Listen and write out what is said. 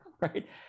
right